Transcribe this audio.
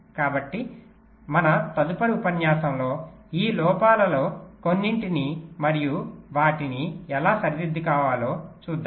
కాబట్టి మా తదుపరి ఉపన్యాసంలో ఈ లోపాలతో కొన్నింటిని మరియు వాటిని ఎలా సరిదిద్దుకోవాలో చూద్దాం